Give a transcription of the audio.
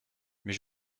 mais